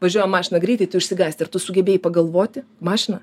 važiuoja mašina greitai tu išsigąsti ir tu sugebėjai pagalvoti mašina